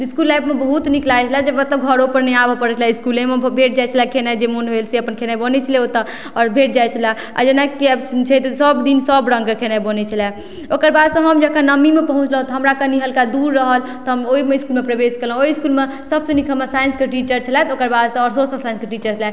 इसकुल लाइफमे बहुत नीक लागै छलै जे मतलब घरो पर नहि आबऽ पड़ै छलै इसकुलेमे भेट जाइ छलै खेनाए जे मोन भेल से अपन खेनाए बनै छलै ओतऽ आओर भेट जाइ छलै आब जेना कि आब छै तऽ सब दिन सब रङ्गके खेनाए बनै छलै ओकर बाद से हम जखैन नवमीमे पहुँचलहुॅं तऽ हमरा कनि हलका दूर रहल तऽ हम ओहिमे इसकुलमे प्रवेश केलहुॅं ओहि इसकुलमे सब से नीक हमर साइन्सके टीचर छलथि ओकर बाद से आओर सोशल साइन्सके टीचर छलथि